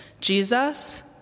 Jesus